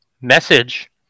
message